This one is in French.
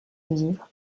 livre